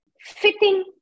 fitting